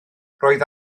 roedd